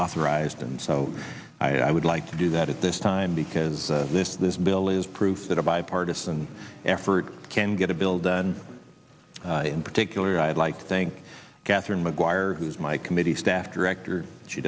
authorized and so i would like to do that at this time because this this bill is proof that a bipartisan effort can get a bill done in particular i'd like to think catherine mcguire who's my committee staff director she